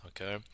Okay